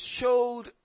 showed